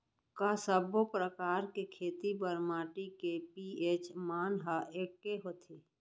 का सब्बो प्रकार के खेती बर माटी के पी.एच मान ह एकै होथे?